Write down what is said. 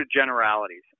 generalities